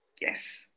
Yes